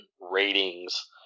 ratings